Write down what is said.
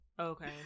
Okay